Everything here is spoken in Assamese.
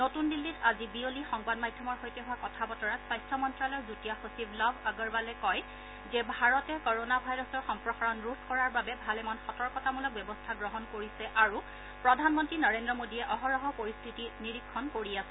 নতন দিল্লীত আজি বিয়লি সংবাদ মাধ্যমৰ সৈতে হোৱা কথা বতৰাত স্বাস্থ্য মন্ত্ৰালয়ৰ যুটীয়া সচিব লাভ আগৰৱালে কয় যে ভাৰতে ক'ৰ'ণা ভাইৰাছৰ সম্প্ৰসাৰণ ৰোধ কৰাৰ বাবে ভালেমান সতৰ্কতামূলক ব্যৱস্থা গ্ৰহণ কৰিছে আৰু প্ৰধানমন্ত্ৰী নৰেন্দ্ৰ মোদীয়ে অহৰহ পৰিস্থিতি নিৰীক্ষণ কৰি আছে